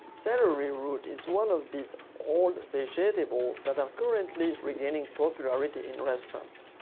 celery root is one of these old vegetables that are currently regaining popularity in restaurants.